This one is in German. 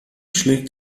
schlägt